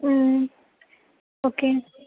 okay